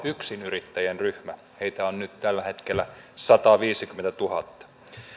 yksinyrittäjien ryhmä heitä on tällä hetkellä sataviisikymmentätuhatta